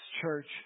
church